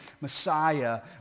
Messiah